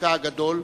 בחלקה הגדול,